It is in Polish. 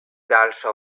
dalsze